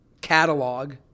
catalog